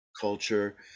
culture